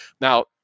Now